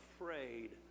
afraid